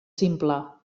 simple